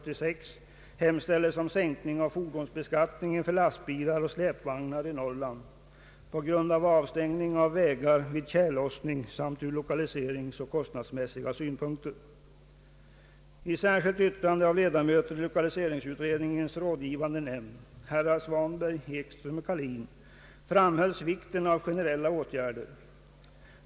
I särskilt yttrande av ledamöter i lokaliseringsutredningens rådgivande nämnd, herrar Svanberg, Ekström och Kahlin, framhölls vikten av generella åtgärder.